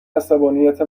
عصبانیت